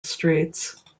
streets